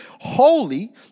holy